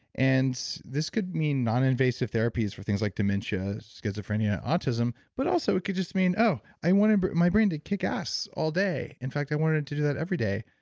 and this could mean noninvasive therapies for things like dementia, schizophrenia, autism. but also it could just mean, oh, i want my brain to kick ass all day. in fact, i want it to do that every day.